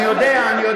אני יודע.